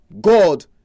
God